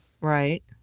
right